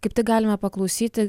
kaip tik galime paklausyti